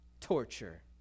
torture